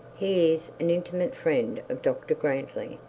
he is an intimate friend of dr grantly,